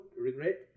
regret